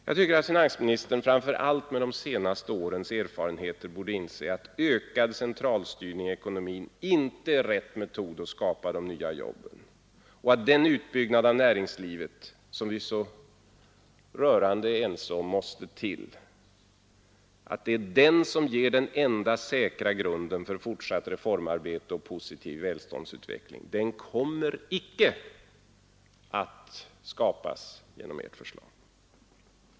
Jag tycker att finansministern framför allt med de senaste årens erfarenheter borde inse att ökad centralstyrning i ekonomin inte är rätt metod att skapa de nya jobben och att den utbyggnad av näringslivet om vars nödvändighet vi är så rörande eniga ger den enda säkra grunden för fortsatt reformarbete och positiv välståndsutveckling. Den kommer icke att skapas genom ert förslag.